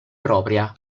propria